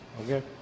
Okay